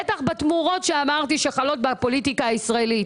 בטח בתמורות שאמרתי שחלות בפוליטיקה הישראלית.